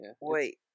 Wait